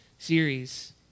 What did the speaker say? series